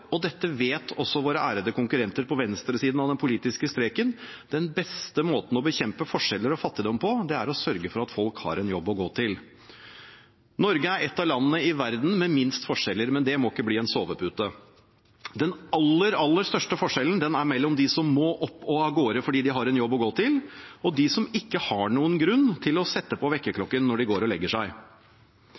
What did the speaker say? og dette vet også våre ærede konkurrenter på venstresiden av den politiske streken – den beste måten å bekjempe forskjeller og fattigdom på er å sørge for at folk har en jobb å gå til. Norge er et av landene i verden med minst forskjeller, men det må ikke bli noen sovepute. Den aller, aller største forskjellen er mellom dem som må opp og av gårde fordi de har en jobb å gå til, og dem som ikke har noen grunn til å sette på vekkerklokken når de går og legger seg.